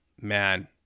man